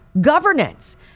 governance